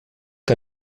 que